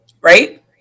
right